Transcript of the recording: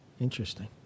Interesting